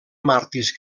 màrtirs